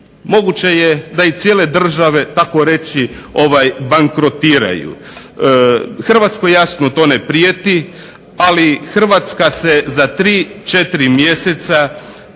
moguće je da i cijele države tako reći bankrotiraju. Hrvatskoj jasno to ne prijeti, ali Hrvatskoj se za 3, 4 mjeseca